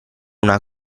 una